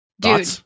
Dude